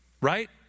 Right